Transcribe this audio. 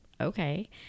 okay